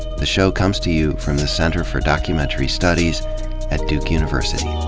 the show comes to you from the center for documentary studies at duke university